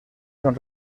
son